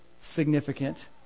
significant